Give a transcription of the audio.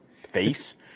face